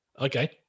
Okay